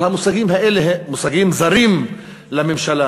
אבל המושגים האלה מושגים זרים לממשלה.